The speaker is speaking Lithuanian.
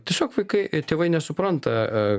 tiesiog vaikai tėvai nesupranta